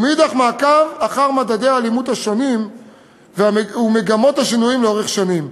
ומאידך גיסא מעקב אחר מדדי האלימות השונים ומגמות השינויים לאורך שנים,